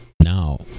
Now